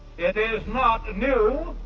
it is not new